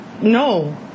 no